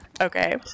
Okay